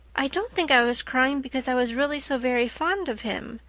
i don't think i was crying because i was really so very fond of him,